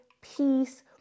peace